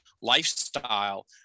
lifestyle